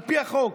על פי החוק,